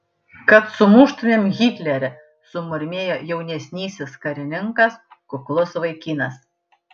kad sumuštumėm hitlerį sumurmėjo jaunesnysis karininkas kuklus vaikinas